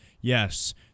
Yes